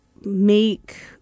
make